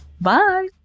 bye